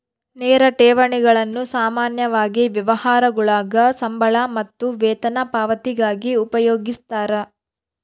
ನೇರ ಠೇವಣಿಗಳನ್ನು ಸಾಮಾನ್ಯವಾಗಿ ವ್ಯವಹಾರಗುಳಾಗ ಸಂಬಳ ಮತ್ತು ವೇತನ ಪಾವತಿಗಾಗಿ ಉಪಯೋಗಿಸ್ತರ